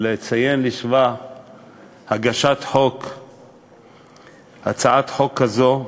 לציין לשבח הגשת הצעת חוק כזאת,